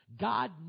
God